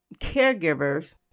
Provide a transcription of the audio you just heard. caregivers